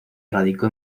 radicó